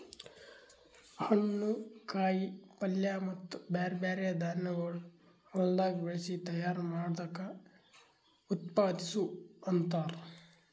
ಹಣ್ಣು, ಕಾಯಿ ಪಲ್ಯ ಮತ್ತ ಬ್ಯಾರೆ ಬ್ಯಾರೆ ಧಾನ್ಯಗೊಳ್ ಹೊಲದಾಗ್ ಬೆಳಸಿ ತೈಯಾರ್ ಮಾಡ್ದಕ್ ಉತ್ಪಾದಿಸು ಅಂತಾರ್